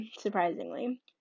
surprisingly